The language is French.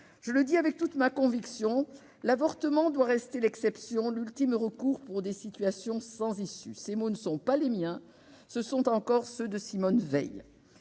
Je le dis avec toute ma conviction : l'avortement doit rester l'exception, l'ultime recours pour des situations sans issue. » Ces mots ne sont pas les miens ; ce sont encore ceux de Simone Veil.